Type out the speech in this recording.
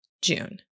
June